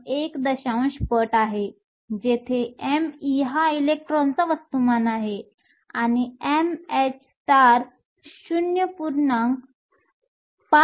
1 पट आहे जेथे me हा इलेक्ट्रॉनचा वस्तुमान आहे आणि mh 0